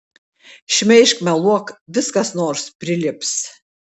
šmeižk meluok vis kas nors prilips